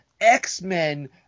X-Men